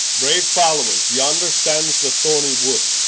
braue followers, yonder stands the thornie wood,